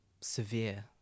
severe